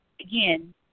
again